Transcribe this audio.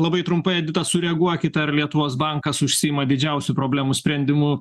labai trumpai edita sureaguokit ar lietuvos bankas užsiima didžiausių problemų sprendimu